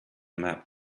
map